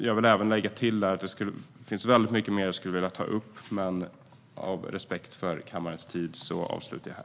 Jag vill även lägga till att det finns mycket mer jag skulle vilja ta upp, men av respekt för kammarens tid avslutar jag här.